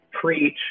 preach